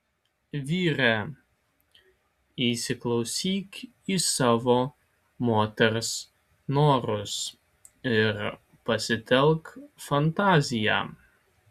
vyre įsiklausyk į savo moters norus ir pasitelk fantaziją